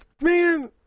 man